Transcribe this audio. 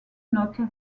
note